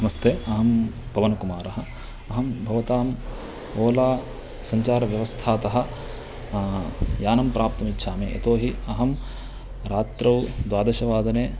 नमस्ते अहं पवनकुमारः अहं भवताम् ओला सञ्चारव्यवस्थातः यानं प्राप्तुमिच्छामि यतोहि अहं रात्रौ द्वादशवादने